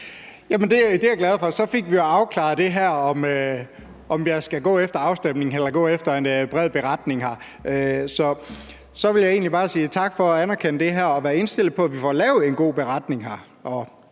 Det er jeg glad for. Så fik vi jo afklaret det her om, om jeg skal gå efter afstemning eller gå efter en bred beretning her. Så vil jeg egentlig bare sige tak for at anerkende det her og være indstillet på, at vi får lavet en god beretning her.